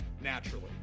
naturally